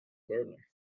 gardener